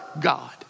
God